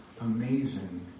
amazing